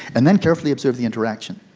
and then carefully observe the interaction.